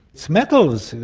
it's metals,